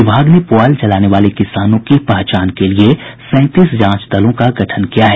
विभाग ने पूआल जलाने वाले किसानों की पहचान के लिए सैंतीस जांच दलों का गठन किया है